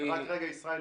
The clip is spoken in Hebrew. רק רגע, ישראל.